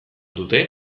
dute